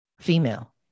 female